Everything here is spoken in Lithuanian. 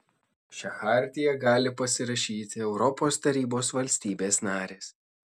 šią chartiją gali pasirašyti europos tarybos valstybės narės